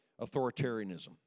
authoritarianism